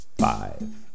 Five